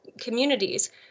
communities